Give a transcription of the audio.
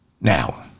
Now